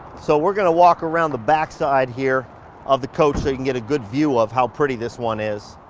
so we're gonna walk around the back side here of the coach, so you can get a good view of how pretty this one is.